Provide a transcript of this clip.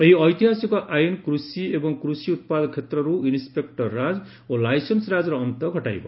ଏହି ଐତିହାସିକ ଆଇନ୍ କୃଷି ଏବଂ କୃଷି ଉତ୍ପାଦ କ୍ଷେତ୍ରରୁ ଇନ୍ସପେକ୍ଟର ରାଜ୍ ଓ ଲାଇସେନ୍ସ୍ ରାଜ୍ର ଅନ୍ତ ଘଟାଇବ